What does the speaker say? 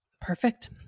Perfect